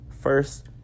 first